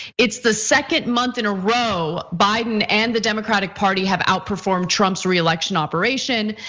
it's the second month in a row biden and the democratic party have outperformed trump's reelection operation.